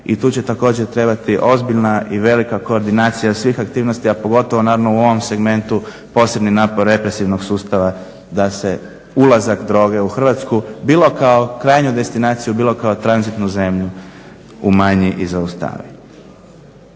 I tu će također trebati ozbiljna i velika koordinacija svih aktivnosti, a pogotovo naravno u ovom segmentu posebni napor represivnog sustava da se ulazak droge u Hrvatsku bilo kao krajnju destinaciju, bilo kao tranzitnu zemlju umanji i zaustavi.